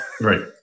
Right